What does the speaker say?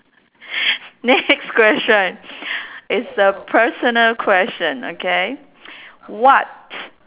next question is a personal question okay what